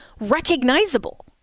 recognizable